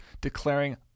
declaring